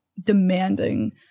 demanding